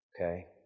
Okay